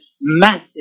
massive